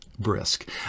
brisk